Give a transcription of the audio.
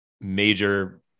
major